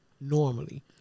normally